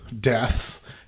deaths